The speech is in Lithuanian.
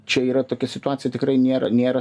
čia yra tokia situacija tikrai nėra nėra